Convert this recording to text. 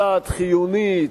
צעד חיוני,